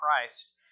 Christ